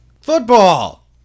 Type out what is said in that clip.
Football